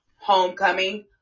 homecoming